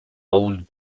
old